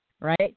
right